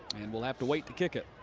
and we'll have to wait to kick it.